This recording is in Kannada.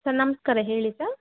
ಸರ್ ನಮಸ್ಕಾರ ಹೇಳಿ ಸರ್